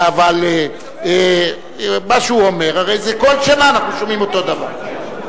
אבל מה שהוא אומר, כל שנה אנחנו שומעים אותו דבר.